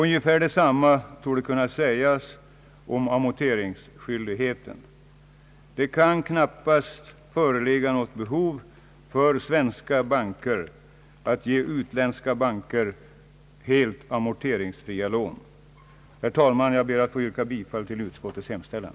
Ungefär detsamma torde kunna sägas om amorteringsskyldigheten. Det kan knappast föreligga något behov för svenska banker att ge utländska banker helt amorteringsfria lån. Herr talman! Jag ber att få yrka bifall till utskottets hemställan.